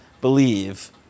believe